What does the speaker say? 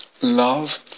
Love